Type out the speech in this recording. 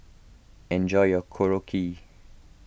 enjoy your Korokke